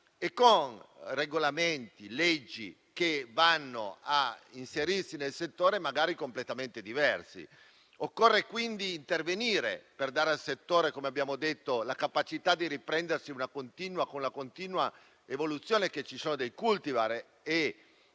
e con regolamenti e leggi in materia completamente diversi. Occorre quindi intervenire per dare al settore, come abbiamo detto, la capacità di riprendersi con la continua evoluzione (ci sono le cultivar),